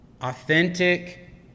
Authentic